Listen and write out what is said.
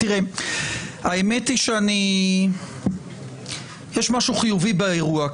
האמת היא שיש משהו חיובי באירוע,